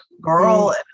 girl